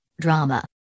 Drama